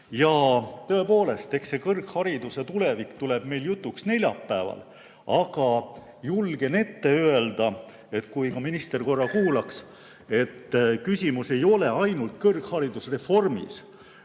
Ja tõepoolest, kõrghariduse tulevik tuleb meil jutuks neljapäeval. Aga julgen ette öelda, kui minister korra kuulaks, et küsimus ei ole ainult kõrgharidusreformis,